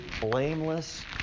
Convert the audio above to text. blameless